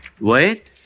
Wait